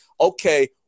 Okay